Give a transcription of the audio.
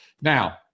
Now